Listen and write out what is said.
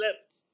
left